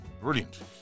brilliant